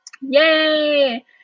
yay